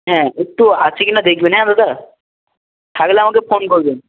হ্যাঁ একটু আছে কি না দেখবেন হ্যাঁ দাদা থাকলে আমাকে ফোন করবেন